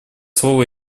слово